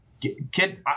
kid